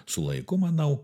su laiku manau